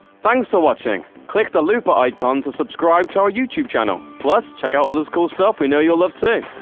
thanks for so watching! click the looper icon to subscribe to our youtube channel. plus check out all this cool stuff we know you'll love, too!